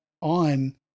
on